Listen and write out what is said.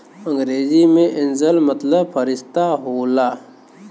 अंग्रेजी मे एंजेल मतलब फ़रिश्ता होला